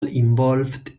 involved